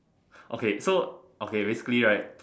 okay so okay basically right